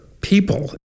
people